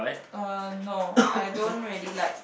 uh no I don't really like